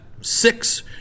six